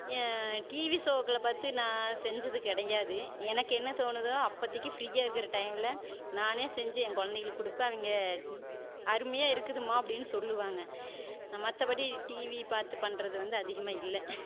TV ஷோக்களை பார்த்து நான் செஞ்சது கிடையாது எனக்கு என்ன தோணுதோ அப்போதைக்கு ஃப்ரீயாக இருக்கிற டைமில் நானே செஞ்சு என் குழந்தைங்களுக்கு கொடுப்பேன் அவங்க அருமையா இருக்குதும்மா அப்படினு சொல்லுவாங்க மற்றபடி டிவி பார்த்து பண்ணுறது வந்து அதிகமாக இல்லை